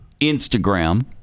Instagram